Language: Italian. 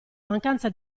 mancanza